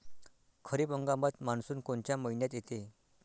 खरीप हंगामात मान्सून कोनच्या मइन्यात येते?